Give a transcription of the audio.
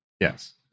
Yes